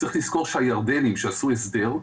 צריך לזכור שהירדנים שעשו הסדר,